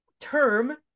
term